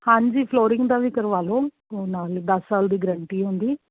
ਹਾਂਜੀ ਫਲੋਰਿੰਗ ਦਾ ਵੀ ਕਰਵਾ ਲਓ ਹੁਣ ਨਾਲੇ ਦਸ ਸਾਲ ਦੀ ਗਰੰਟੀ ਹੁੰਦੀ